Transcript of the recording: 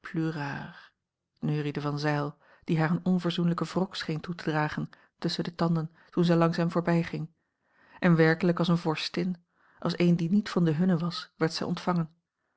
neuriede van zijl die haar een onverzoenlijken wrok scheen toe te dragen tusschen de tanden toen zij langs hem voorbijging en werkelijk als eene vorstin als eene die niet van de hunnen was werd zij ontvangen